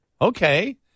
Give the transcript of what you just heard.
Okay